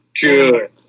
Good